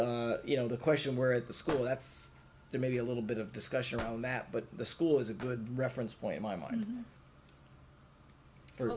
you know the question where at the school that's there maybe a little bit of discussion around that but the school is a good reference point my mind or